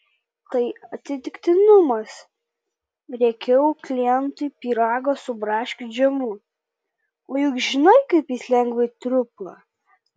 tai atsitiktinumas riekiau klientui pyrago su braškių džemu o juk žinai kaip jis lengvai trupa